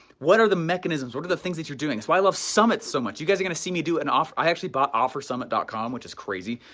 what are the mechanisms? what are the things that you're doing? it's why i love summit so much. you guys are gonna see me do an off, i actually bought offersummit dot com which is crazy.